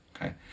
Okay